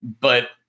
but-